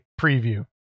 preview